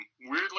Weirdly